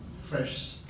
fresh